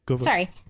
Sorry